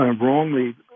wrongly